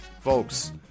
folks